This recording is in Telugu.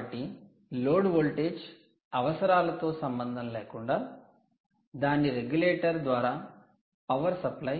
కాబట్టి లోడ్ వోల్టేజ్ అవసరాలతో సంబంధం లేకుండా దాని రెగ్యులేటర్ ద్వారా పవర్ సప్లై